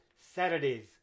Saturdays